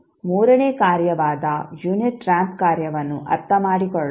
ಈಗ ಮೂರನೇ ಕಾರ್ಯವಾದ ಯುನಿಟ್ ರಾಂಪ್ ಕಾರ್ಯವನ್ನು ಅರ್ಥಮಾಡಿಕೊಳ್ಳೋಣ